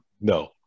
no